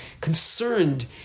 concerned